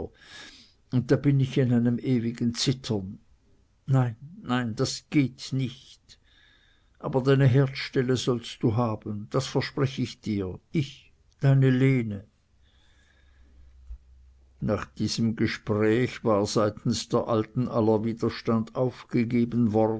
und da bin ich in einem ewigen zittern nein nein das geht nicht aber deine herdstelle sollst du haben das versprech ich dir ich deine lene nach diesem gespräche war seitens der alten aller widerstand aufgegeben worden